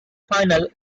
finals